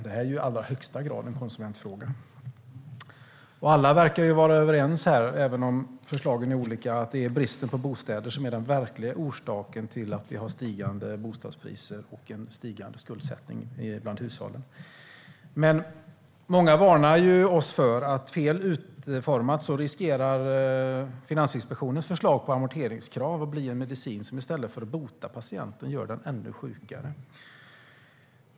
Det är i allra högsta grad en konsumentfråga. Även om förslagen är olika verkar alla vara överens här om att bristen på bostäder är den verkliga orsaken till stigande bostadspriser och stigande skuldsättning bland hushållen. Men många varnar för att Finansinspektionens förslag på amorteringskrav ifall det utformas på fel sätt riskerar att bli en medicin som i stället för att bota patienten gör den ännu sjukare.